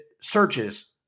searches